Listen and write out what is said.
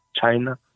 China